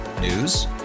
News